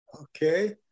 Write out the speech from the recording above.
Okay